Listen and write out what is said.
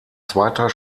zweiter